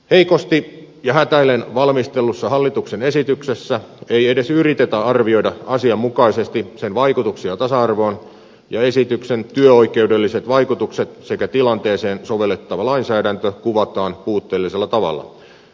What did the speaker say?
heikosti ja hätäillen valmistellussa hallituksen esityksessä ei edes yritetä arvioida asianmukaisesti sen vaikutuksia tasa arvoon ja esityksen työoikeudelliset vaikutukset sekä tilanteeseen sovellettava lainsäädäntö kuvataan puutteellisella tavalla